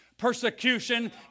persecution